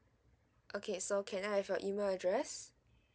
okay so can I have your email address